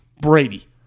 Brady